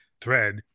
thread